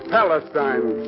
Palestine